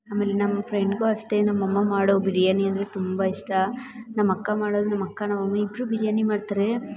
ಆಮೇಲೆ ನಮ್ಮ ಫ್ರೆಂಡಿಗು ಅಷ್ಟೆ ನಮ್ಮಮ್ಮ ಮಾಡೋ ಬಿರಿಯಾನಿ ಅಂದರೆ ತುಂಬ ಇಷ್ಟ ನಮ್ಮಕ್ಕ ಮಾಡೋದು ನಮ್ಮಕ್ಕ ನಮ್ಮಮ್ಮ ಇಬ್ಬರು ಬಿರಿಯಾನಿ ಮಾಡ್ತಾರೆ